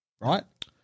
right